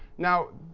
now,